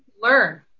learn